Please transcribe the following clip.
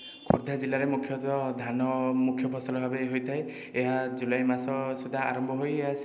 ଖୋର୍ଦ୍ଧା ଜିଲ୍ଲାରେ ମୁଖ୍ୟତଃ ଧାନ ମୁଖ୍ୟ ଫସଲ ଭାବେ ହୋଇଥାଏ ଏହା ଜୁଲାଇ ମାସ ସୁଦ୍ଧା ଆରମ୍ଭ ହୋଇ ଏହା